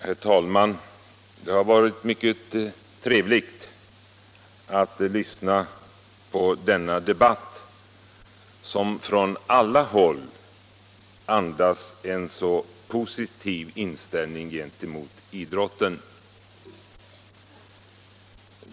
Herr talman! Det har varit mycket trevligt att lyssna på denna debatt, som från alla håll andas en så positiv inställning gentemot idrotten.